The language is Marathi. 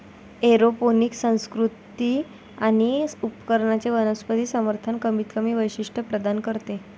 एरोपोनिक संस्कृती आणि उपकरणांचे वनस्पती समर्थन कमीतकमी वैशिष्ट्ये प्रदान करते